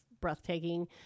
breathtaking